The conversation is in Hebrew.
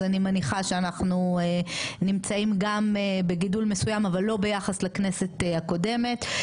אז אני מניחה שאנחנו נמצאים בגידול מסוים אבל לא ביחס לכנסת הקודמת.